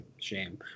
shame